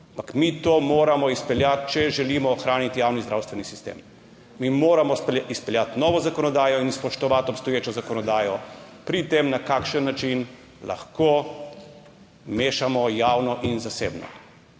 mi to moramo izpeljati, če želimo ohraniti javni zdravstveni sistem. Mi moramo izpeljati novo zakonodajo in spoštovati obstoječo zakonodajo, pri tem, na kakšen način lahko mešamo javno in zasebno.